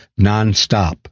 nonstop